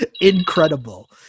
Incredible